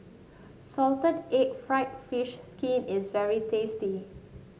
Salted Egg fried fish skin is very tasty